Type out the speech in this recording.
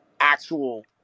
actual